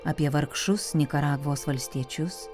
apie vargšus nikaragvos valstiečius